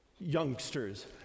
youngsters